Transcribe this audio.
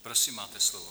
Prosím máte slovo.